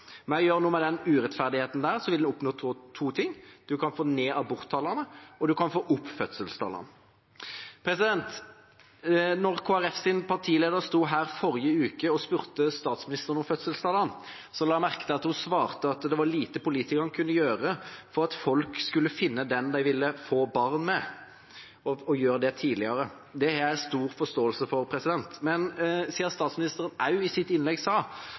noe med den urettferdigheten vil vi oppnå to ting: Vi kan få ned aborttallene, og vi kan få opp fødselstallene. Da Kristelig Folkepartis partileder sto her i forrige uke og spurte statsministeren om fødselstallene, la jeg merke til at hun svarte at det var lite politikerne kunne gjøre for at folk skulle finne den de ville få barn med, og gjøre det tidligere. Det har jeg stor forståelse for, men siden statsministeren i sitt innlegg også sa